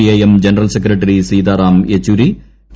I M general secretary Sitaram Yechury T